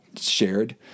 shared